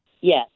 Yes